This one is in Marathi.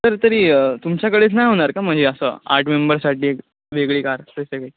सर तरी तुमच्याकडेच नाही होणार का म्हणजे असं आठ मेंबरसाठी एक वेगळी कार स्पेसिफीक